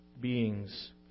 beings